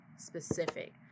specific